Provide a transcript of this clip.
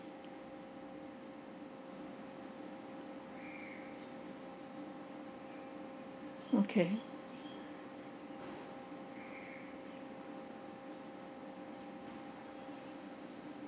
okay